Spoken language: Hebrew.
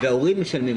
וההורים משלמים.